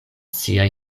siaj